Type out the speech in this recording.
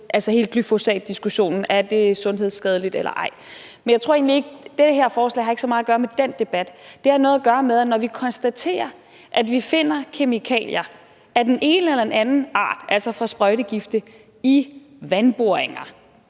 til hele glyfosatdiskussionen, altså om det er sundhedsskadeligt eller ej. Jeg tror egentlig ikke, det her forslag har så meget at gøre med den debat; det har noget gøre med, om det er et problem, når vi konstaterer, at vi finder kemikalier af den ene eller den anden art, altså fra sprøjtegifte, i vandboringer,